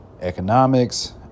economics